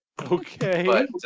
Okay